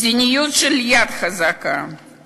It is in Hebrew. מדיניות של יד חזקה,